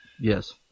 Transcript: Yes